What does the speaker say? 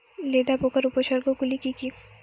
লেদা পোকার উপসর্গগুলি কি কি?